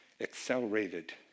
accelerated